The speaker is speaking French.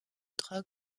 drogues